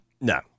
No